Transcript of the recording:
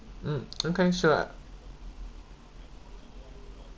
mm okay sure